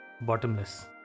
bottomless